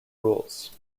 rules